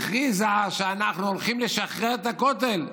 הכריזה: אנחנו הולכים לשחרר את הכותל.